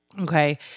Okay